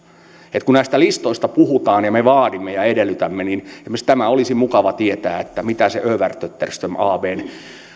eli kun näistä listoista puhutaan ja me vaadimme ja edellytämme niin esimerkiksi tämä olisi mukava tietää mitä me sen övertötterström abn